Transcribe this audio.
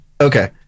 okay